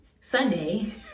Sunday